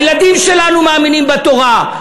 הילדים שלנו מאמינים בתורה.